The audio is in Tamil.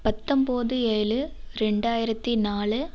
பத்தொம்போது ஏழு ரெண்டாயிரத்தி நாலு